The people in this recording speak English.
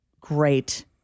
great